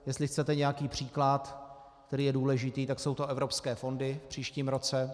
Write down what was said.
Jestli chcete nějaký příklad, který je důležitý, tak jsou to evropské fondy v příštím roce.